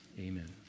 Amen